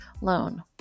loan